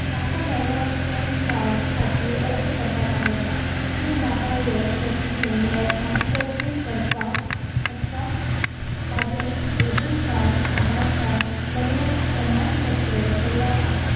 म्हाका नव्या PAN card खातीर अर्ज करपाक आवडटा तूं म्हाका हे प्रक्रियेन म मार्गदर्शन करपाक शकता म्हजें रेशन कार्ड आधार कार्ड लग्न प्रमाणपत्र तयार आसा